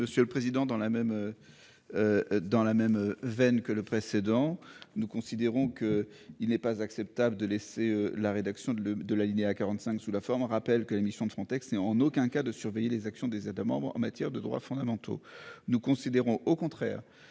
Monsieur le président. Dans la même. Dans la même veine que le précédent. Nous considérons qu'il n'est pas acceptable de laisser la rédaction de le de La Linea 45 sous la forme rappelle que l'émission de Frontex et en aucun cas de surveiller les actions des États membres en matière de droits fondamentaux. Nous considérons au contraire